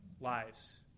lives